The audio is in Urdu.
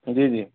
جی جی